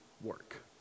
work